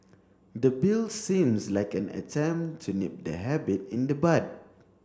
the Bill seems like an attempt to nip the habit in the bud